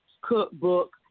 Cookbook